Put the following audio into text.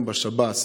גם בשב"ס.